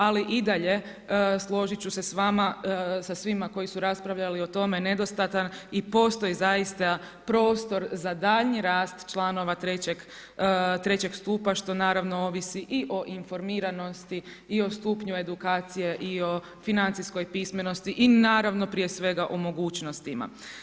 Ali i dalje složiti ću se s vama, sa svima koji su raspravljali o tome nedostatan i postoji zaista prostor za daljnji rast članova trećeg stupa što naravno ovisi i o informiranosti i o stupnju edukacije i o financijskoj pismenosti i naravno prije svega o mogućnostima.